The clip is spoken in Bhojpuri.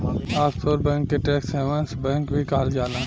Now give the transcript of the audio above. ऑफशोर बैंक के टैक्स हैवंस बैंक भी कहल जाला